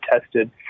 tested